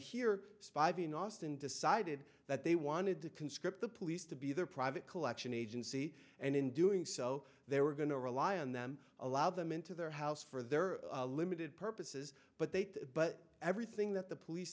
surviving austin decided that they wanted to conscript the police to be their private collection agency and in doing so they were going to rely on them allow them into their house for their limited purposes but they but everything that the police